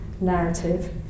narrative